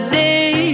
day